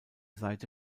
seite